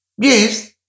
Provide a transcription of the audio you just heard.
Yes